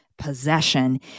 possession